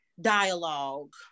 dialogue